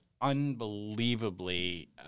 unbelievably